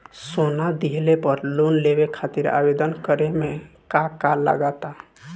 सोना दिहले पर लोन लेवे खातिर आवेदन करे म का का लगा तऽ?